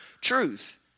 truth